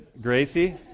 Gracie